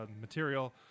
material